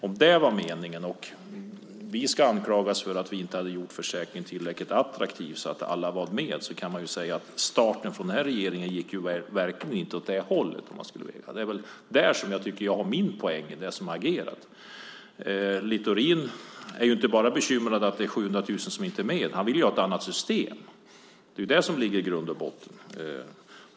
Om det var meningen och vi ska anklagas för att vi inte hade gjort försäkringen tillräckligt attraktiv, så att alla var med, kan man ju säga att starten från den här regeringen verkligen inte gick åt det hållet. Det är väl där som jag tycker att jag har min poäng. Littorin är inte bara bekymrad över att det är 700 000 som inte är med. Han vill ha ett annat system. Det är det som ligger i grund och botten.